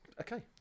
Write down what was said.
Okay